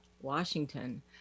Washington